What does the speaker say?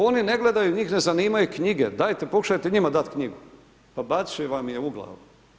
Oni ne gledaju, njih ne zanimaju knjige, dajte pokušajte njima dat knjigu, pa bacit će vam je u glavu.